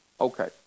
Okay